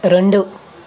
రెండు